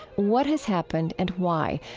what has happened and why,